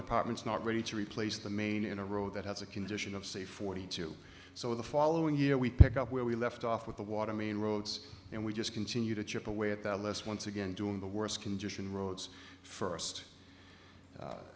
departments not ready to replace the main in a row that has a condition of say forty two so the following year we pick up where we left off with the water main roads and we just continue to chip away at that list once again doing the worst condition roads first